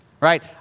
right